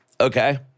Okay